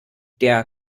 der